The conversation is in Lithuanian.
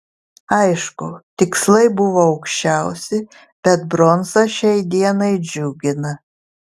aišku tikslai buvo aukščiausi bet bronza šiai dienai džiugina